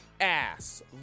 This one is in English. ass